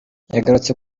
yagarutse